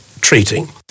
treating